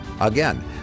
Again